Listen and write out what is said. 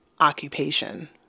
occupation